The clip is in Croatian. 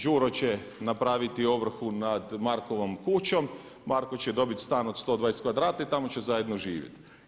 Đuro će napraviti ovrhu nad Markovom kućom, Marko će dobiti stan od 120 kvadrata i tamo će zajedno živjeti.